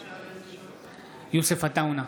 בעד יוסף עטאונה,